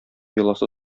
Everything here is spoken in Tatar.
йоласы